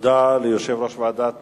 תודה ליושב-ראש ועדת